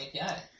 API